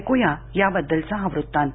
ऐकूया त्याबद्दलचा हा वृत्तांत